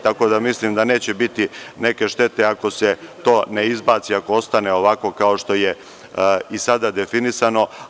Tako da mislim da neće biti neke štete ako se to ne izbaci, ako ostane ovako kao što je i sada definisano.